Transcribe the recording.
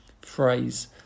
phrase